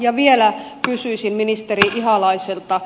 ja vielä kysyisin ministeri ihalaiselta